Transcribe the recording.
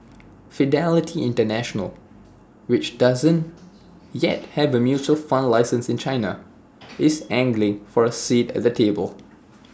fidelity International which doesn't yet have A mutual fund license in China is angling for A seat at the table